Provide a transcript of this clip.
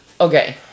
Okay